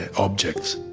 and objects,